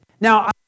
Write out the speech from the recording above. Now